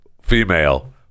female